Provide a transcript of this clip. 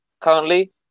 currently